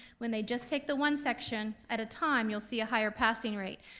when they just take the one section at a time, you'll see a higher passing rate,